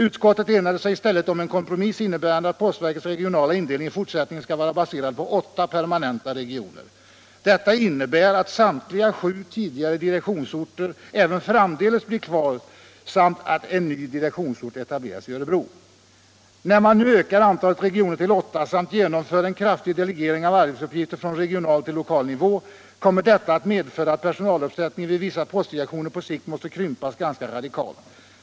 Utskottet enade sig i stället om en kompromiss innebärande att postverkets regionala indelning i fortsättningen skall vara baserad på åtta permanenta regioner. Detta innebär att samtliga sju tidigare direktionsorter även framdeles blir kvar samt att en ny direktionsort etableras i Örebro. När man nu Ökar antalet regioner till åtta samt genomför en kraftig delegering av arbetsuppgifter från regional till lokal nivå kommer detta att medföra att personaluppsättningen i vissa postdirektioner på sikt måste krympas ganska radikalt.